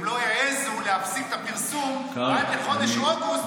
הם לא העזו להפסיק את הפרסום עד חודש אוגוסט,